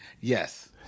Yes